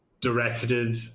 directed